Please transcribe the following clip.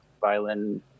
violin